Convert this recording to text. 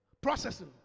Processing